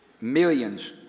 Millions